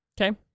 Okay